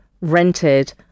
rented